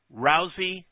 Rousey